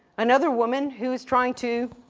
another woman who is trying to,